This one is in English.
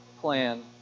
plan